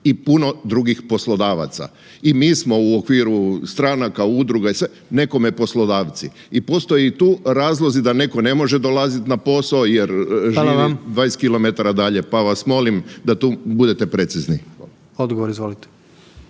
i puno drugih poslodavaca. I mi smo u okviru stranaka, udruga i sve nekome poslodavci. I postoji tu razlozi da neko ne može dolaziti na posao jer živi 20 km dalje, pa vas molim da tu budete precizni. **Jandroković,